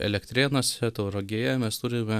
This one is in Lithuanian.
elektrėnuose tauragėje mes turime